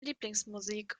lieblingsmusik